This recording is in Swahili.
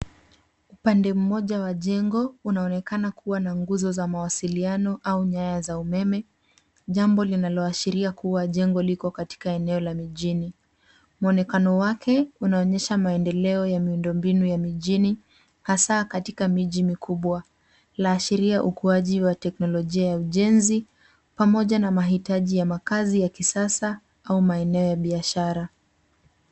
Pande moja wa jengo, unaonekana kuwa na nguzo za mawasiliano au nyaya za umeme, jambo linaloashiria kuwa jengo liko katika eneo la mijini. Muonekano wake, unaonyesha maendeleo ya miundombinu ya mijini, hasa katika miji mikubwa. Laashiria ukuaji wa teknolojia ya ujenzi, pamoja na mahitaji ya makazi ya kisasa au maeneo ya biashara.